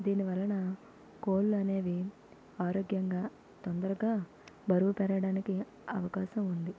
దీనివలన కోళ్ళు అనేవి ఆరోగ్యంగా తొందరగా బరువు పెరగడానికి అవకాశం ఉంది